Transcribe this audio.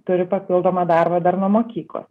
turi papildomą darbą dar nuo mokyklos